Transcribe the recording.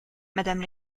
madame